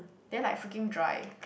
then like freaking dry